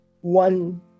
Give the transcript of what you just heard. one